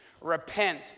repent